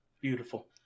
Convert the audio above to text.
Beautiful